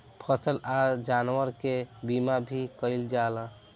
फसल आ जानवर के बीमा भी कईल जाला